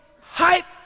hype